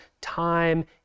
time